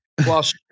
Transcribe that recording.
Plus